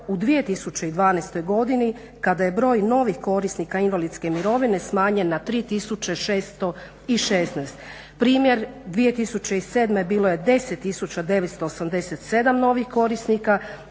u 2012. godini kada je broj novih korisnika invalidske mirovine smanjen na 3616. Primjer 2007. bilo je 10987 novih korisnika,